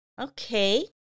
okay